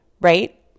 Right